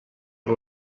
per